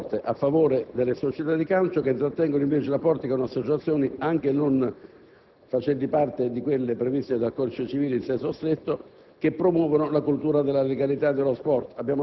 un obiettivo di promozione molto forte a favore delle società di calcio che, invece, intrattengono rapporti con associazioni anche non facenti parte di quelle previste dal codice civile in senso stretto,